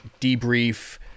debrief